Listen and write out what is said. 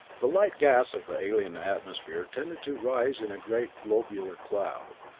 the light gas of the alien atmosphere tended to rise in a great globular cloud,